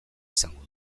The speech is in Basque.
izango